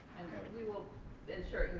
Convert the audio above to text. and we will ensure,